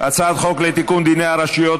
לתיקון דיני הרשויות